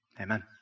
amen